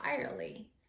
entirely